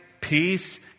peace